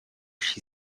she